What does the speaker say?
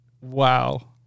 Wow